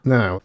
Now